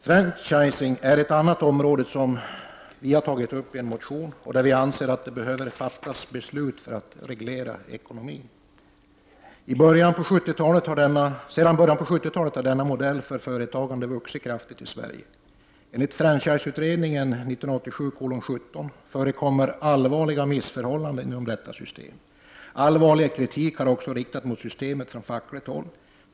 Franchising är en annan fråga som vi i vpk har tagit upp i en motion. Vi anser att detta är ett område där det behöver fattas politiska beslut för att reglera marknadsekonomin. Sedan början av 70-talet har denna modell för företagande vuxit kraftigt i Sverige. Enligt franchiseutredningen, SoU 1987:17, förekommer det allvarliga missförhållanden inom detta system. Allvarlig kritik har också riktats mot systemet från fackligt håll.